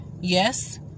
yes